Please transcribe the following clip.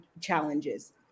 challenges